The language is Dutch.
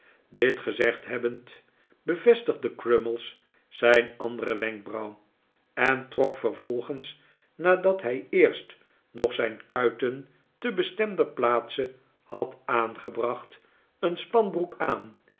dit gezegd hebbend bevestigde crummies zijn andere wenkbrauw en trok vervolgens nadat hij eerst nog zijn kuiten te benikolaas nickleby stemder plaatse had aangebracht een spanbroek aan